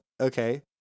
Okay